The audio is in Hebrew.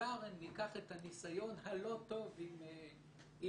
אם ניקח את הניסיון הלא טוב עם הספורט